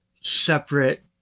separate